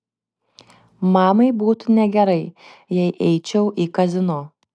mamai būtų negerai jei eičiau į kazino